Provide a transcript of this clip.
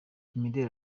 imideli